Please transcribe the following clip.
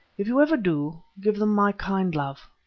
if you ever do, give them my kind love.